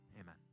Amen